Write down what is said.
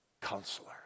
Counselor